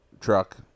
truck